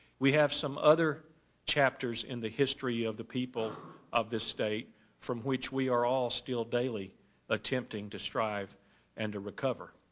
we have some other chapters in the history of the people of this state from which we are all still daily attempting to strive and to recover.